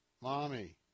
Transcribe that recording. Mommy